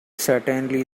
certainly